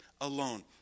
alone